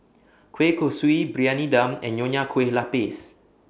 Kueh Kosui Briyani Dum and Nonya Kueh Lapis